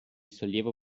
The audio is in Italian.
sollievo